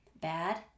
bad